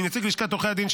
מנציג לשכת עורכי הדין,